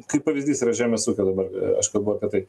kaip pavyzdys yra žemės ūkio dabar aš kalbu apie tai